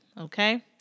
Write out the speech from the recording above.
Okay